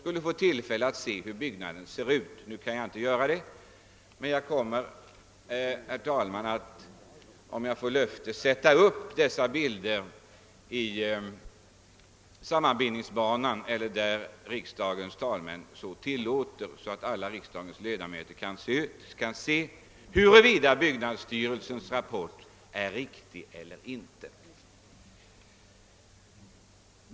Nu kan jag inte visa bilderna, men jag kommer att be om tillstånd av riksdagens talmän att få sätta upp bilderna i sammanbindningsbanan eller på annan plats inom riksdagshuset, så att riksdagsledamöterna kan avgöra om byggnadsstyrelsens rapport är riktig eller inte. Herr talman!